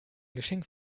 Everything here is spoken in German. geschenk